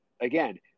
again